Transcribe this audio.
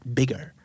bigger